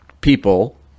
people